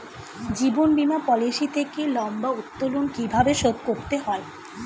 জীবন বীমা পলিসি থেকে লম্বা উত্তোলন কিভাবে শোধ করতে হয়?